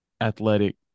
athletic